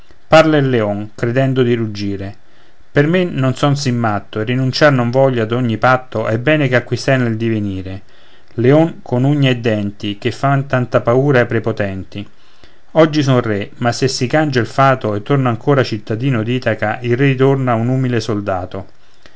parla il leon credendo di ruggire per me non son sì matto e rinunciar non voglio ad ogni patto ai beni che acquistai nel divenire leon con ugne e denti che fan tanta paura ai prepotenti oggi son re ma se si cangia il fato e torno ancora cittadino d'itaca il re ritorna un umile soldato